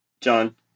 John